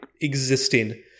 existing